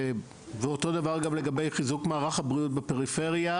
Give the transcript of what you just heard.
ואותו דבר לגבי חיזוק מערך הבריאות בפריפריה.